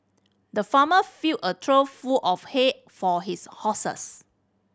the farmer filled a trough full of hay for his horses